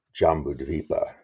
Jambudvipa